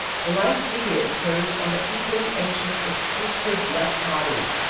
the like figure occurs on the equally ancient otrusco black pottery.